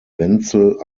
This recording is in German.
wenzel